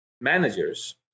managers